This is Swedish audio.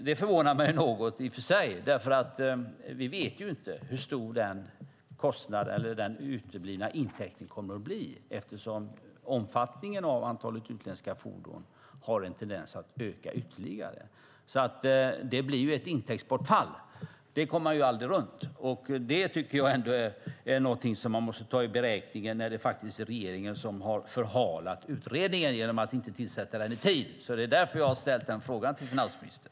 Det förvånar mig något, därför att vi ju inte vet hur stor den uteblivna intäkten kommer att bli eftersom omfattningen av utländska fordon har en tendens att öka ytterligare. Att det blir ett inkomstbortfall kommer man aldrig runt. Det tycker jag är något som man måste ta med i beräkningen när det faktiskt är regeringen som har förhalat utredningen genom att inte tillsätta den i tid. Det är därför som jag har ställt frågan till finansministern.